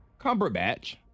Cumberbatch